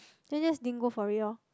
then Des din go for it lor